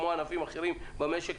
כמו ענפים אחרים במשק,